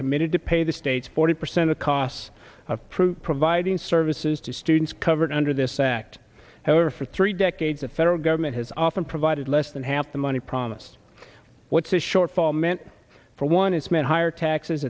committed to pay the state's forty percent of costs of proof providing services to students covered under this act however for three decades the federal government has often provided less than half the money promised what's the shortfall meant for one it's meant higher taxes